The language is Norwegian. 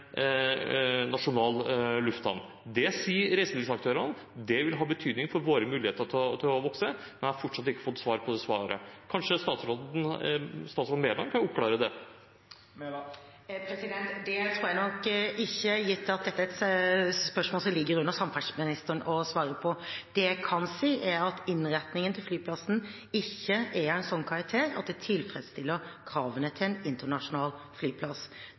nasjonal lufthavn. Det sier reiselivsaktørene at vil ha betydning for deres muligheter til å vokse. Jeg har fortsatt ikke fått svar på det spørsmålet. Kanskje statsråd Mæland kan oppklare det. Det tror jeg nok ikke, gitt at dette er et spørsmål som ligger til samferdselsministeren å svare på. Det jeg kan si, er at innretningen på flyplassen ikke er av en sånn karakter at det tilfredsstiller kravene til en internasjonal flyplass.